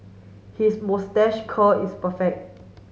his moustache curl is perfect